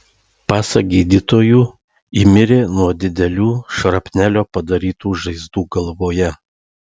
pasak gydytojų ji mirė nuo didelių šrapnelio padarytų žaizdų galvoje